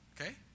Okay